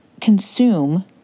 consume